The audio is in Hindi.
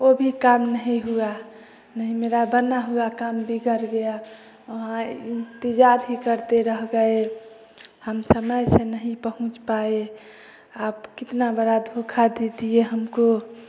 ओ भी काम नहीं हुआ नहीं मेरा बना हुआ काम बिगड़ गया इन्तज़ार ही करते रह गये हम समय से नहीं पहुँच पाए आप कितना बड़ा धोखा दे दिए हमको